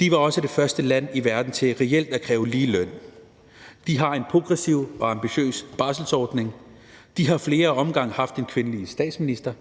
De var også det første land i verden til reelt at kræve ligeløn. De har en progressiv og ambitiøs barselsordning. De har ad flere omgange haft en kvindelig statsminister,